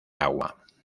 agua